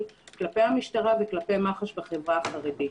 כלפי המשטרה וכלפי מח"ש בחברה החרדית.